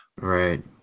right